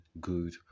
good